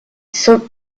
soft